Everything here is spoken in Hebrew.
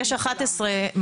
יש 20 בתים מאזנים.